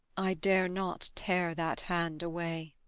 i dare not tear that hand away.